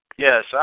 Yes